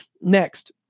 Next